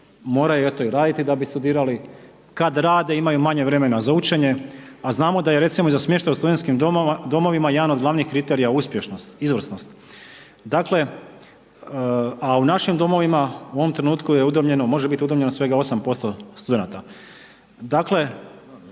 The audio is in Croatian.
moraju eto i raditi da bi studirali. Kada rade imaju manje vremena za učenje, a znamo da je recimo za smještaj u studentskim domovima jedan od glavnih kriterija uspješnost, izvrsnost. Dakle, a u našim domovima u ovom trenutku je udomljeno, može biti udomljeno svega 8% studenata. Dakle,